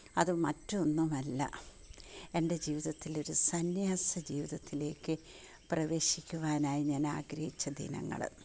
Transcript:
അത് മറ്റൊന്നുമല്ല എൻ്റെ ജീവിതത്തിൽ ഒരു സന്യാസ ജീവിതത്തിലേക്ക് പ്രവേശിക്കുവാനായി ഞാൻ ആഗ്രഹിച്ച ദിനങ്ങൾ